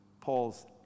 Paul's